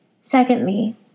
Secondly